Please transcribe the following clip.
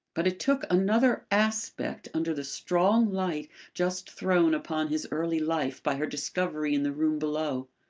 but it took another aspect under the strong light just thrown upon his early life by her discovery in the room below.